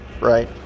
right